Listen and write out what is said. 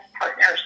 partners